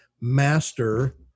master